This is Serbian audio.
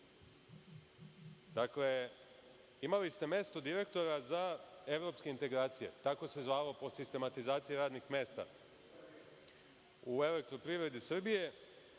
imali ste mesto direktora za evropske integracije, tako se zvalo po sistematizaciji radnih mesta u „Elektroprivredi Srbije“.